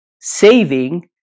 saving